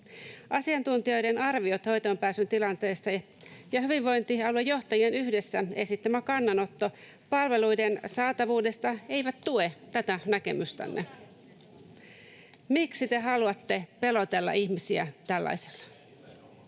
Asiantuntijoiden arviot hoitoonpääsyn tilanteesta ja hyvinvointialuejohtajien yhdessä esittämä kannanotto palveluiden saatavuudesta eivät tue tätä näkemystänne. Miksi te haluatte pelotella ihmisiä tällaisella?